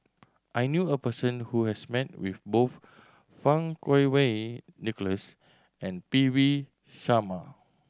I knew a person who has met with both Fang Kuo Wei Nicholas and P V Sharma